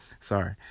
Sorry